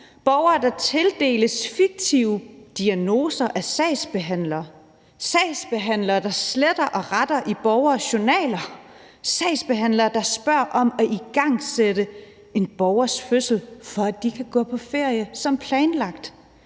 borgere, der tildeles fiktive diagnoser af sagsbehandlere, sagsbehandlere, der sletter og retter i borgeres journaler, sagsbehandlere, der spørger om at igangsætte en borgers fødsel, for at de kan gå på ferie som planlagt,